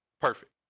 Perfect